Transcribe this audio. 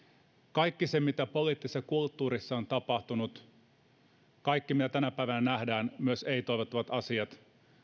kaikki se mitä poliittisessa kulttuurissa on tapahtunut kaikki mitä tänä päivänä nähdään myös ei toivottavat asiat